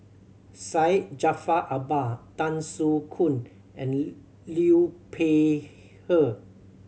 Syed Jaafar Albar Tan Soo Khoon and Liu Peihe